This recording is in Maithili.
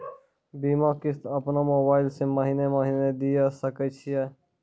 बीमा किस्त अपनो मोबाइल से महीने महीने दिए सकय छियै?